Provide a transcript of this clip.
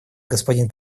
господин